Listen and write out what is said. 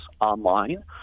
online